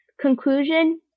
Conclusion